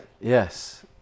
Yes